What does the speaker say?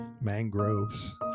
mangroves